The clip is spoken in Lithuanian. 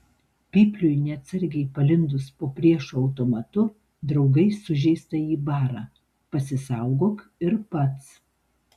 pypliui neatsargiai palindus po priešo automatu draugai sužeistąjį bara pasisaugok ir pats